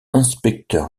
inspecteur